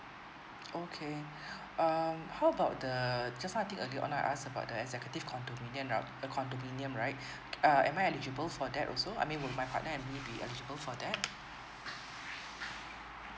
okay um how about the just now I think earlier on my ask about the executive condominium uh the condominium right uh am I eligible for that also I mean would my partner ability eligible for that